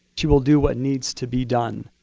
she will do what needs to be done.